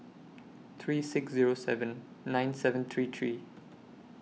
three six Zero seven nine seven three three